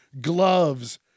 Gloves